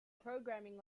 programming